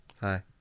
Hi